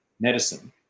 medicine